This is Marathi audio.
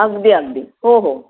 अगदी अगदी हो हो